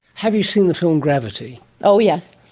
have you seen the film gravity? oh yes.